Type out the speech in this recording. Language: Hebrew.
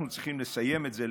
אנחנו צריכים לסיים את זה,